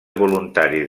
voluntaris